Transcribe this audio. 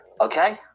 Okay